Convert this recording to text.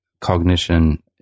cognition